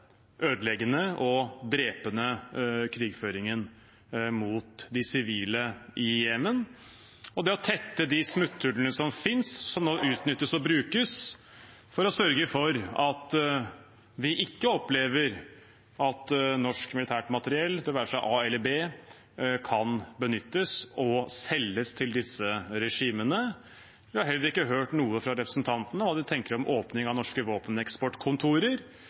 ødeleggende og drepende krigføringen mot de sivile i Jemen, og tette de smutthullene som finnes, som nå utnyttes og brukes, for å sørge for at vi ikke opplever at norsk militært materiell, det være seg A- eller B-materiell, kan benyttes og selges til disse regimene. Vi har heller ikke hørt noe fra representantene om hva de tenker om åpning av norske våpeneksportkontorer